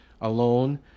alone